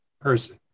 person